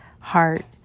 heart